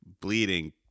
bleeding